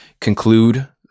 conclude